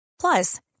Plus